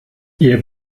ihr